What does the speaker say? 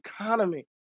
economy